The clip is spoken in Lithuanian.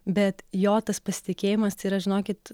bet jo tas pasitikėjimas tai yra žinokit